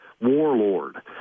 warlord